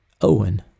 Owen